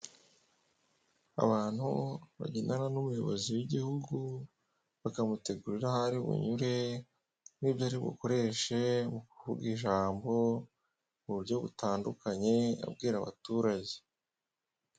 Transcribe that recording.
Abantu bagendana n'umuyobozi w'igihugu, bakamutegurira aho ari bunyure n'ibyo ari bukoreshe mu kuvuga ijambo mu buryo butandukanye abwira abaturage.